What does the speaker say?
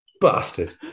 Bastard